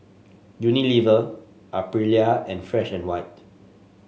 Unilever Aprilia and Fresh And White